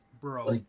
Bro